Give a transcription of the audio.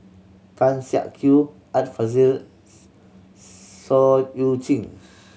Tan Siak Kew Art Fazils Seah Eu Chin